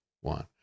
one